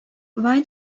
why